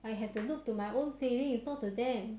it'll eventually amount to hundred dollars